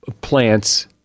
plants